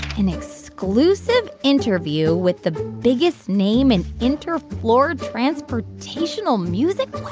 an exclusive interview with the biggest name in interfloor transportational music? what